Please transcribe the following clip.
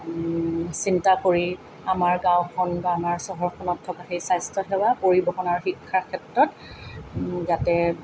চিন্তা কৰি আমাৰ গাঁওখন বা আমাৰ চহৰখনত থকা সেই স্বাস্থ্য সেৱা পৰিৱহণ আৰু শিক্ষাৰ ক্ষেত্ৰত যাতে